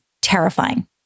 terrifying